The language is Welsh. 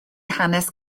hanes